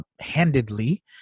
handedly